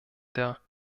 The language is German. der